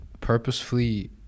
purposefully